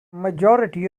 majority